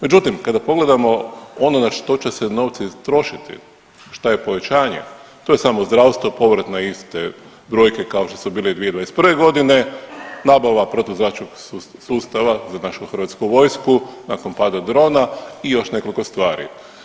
Međutim, kada pogledamo ono na što će se novci trošiti šta je povećanje to je samo zdravstvo povratno iste brojke kao što su bile 2021.g., nabava protuzračnog sustava za našu hrvatsku vojsku nakon pada drona i još nekoliko stvari.